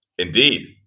Indeed